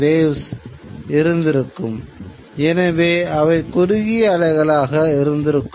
மிக அதிக இடையில் குறைந்த எண்ணிக்கையில் இருக்கும்